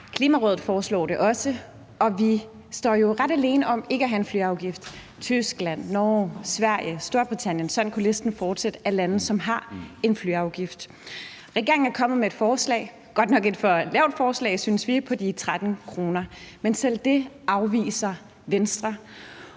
Klimarådet foreslår det også, og vi står jo ret alene med ikke at have en flyafgift. Tyskland, Norge, Sverige, Storbritannien, og sådan kunne listen fortsætte, er lande, som har en flyafgift. Regeringen er kommet med et forslag, godt nok med et for lavt beløb, synes vi, på de 13 kr., men selv det afviser Venstre.